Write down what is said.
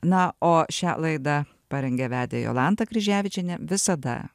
na o šią laidą parengė vedė jolanta kryževičienė visada